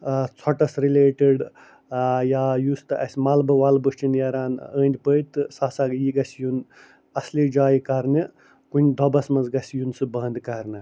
ژھۄٹَس related یا یُس تہِ اَسہِ مَلبہٕ وَلبہٕ چھ نیران أنٛدۍ پٔکۍ تہٕ سُہ ہَسا یہِ گَژھِ یُن اصلہِ جایہِ کَرنہٕ کُنہ دۄبَس مَنٛز گَژھِ یُس سُہ بند کَرنہٕ